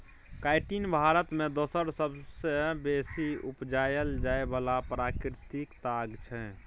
chitin Bharat मे दोसर सबसँ बेसी उपजाएल जाइ बला प्राकृतिक ताग छै